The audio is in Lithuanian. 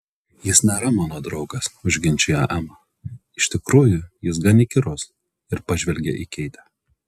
jis nėra mano draugas užginčijo ema iš tikrųjų jis gan įkyrus ir pažvelgė į keitę